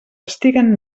estiguen